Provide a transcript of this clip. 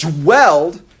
dwelled